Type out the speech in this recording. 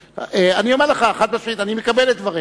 אני אומר לך חד-משמעית, אני מקבל את דבריך.